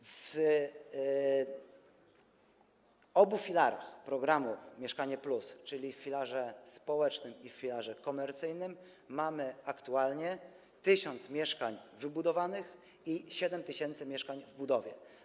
W obu filarach programu „Mieszkanie+”, czyli w filarze społecznym i w filarze komercyjnym, mamy aktualnie 1 tys. mieszkań wybudowanych i 7 tys. mieszkań w budowie.